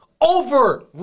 over